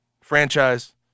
franchise